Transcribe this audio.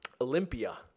Olympia